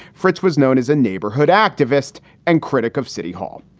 fritz was known as a neighborhood activist and critic of city hall.